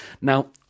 Now